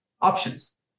options